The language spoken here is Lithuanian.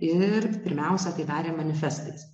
ir pirmiausia tai darė manifestais